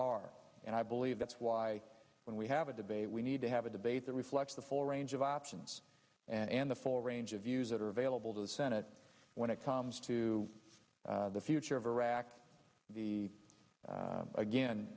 are and i believe that's why when we have a debate we need to have a debate that reflects the full range of options and the full range of views that are available to the senate when it comes to the future of iraq the again